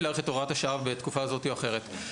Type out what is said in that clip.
להאריך את הוראת השעה בתקופה כזאת או אחרת.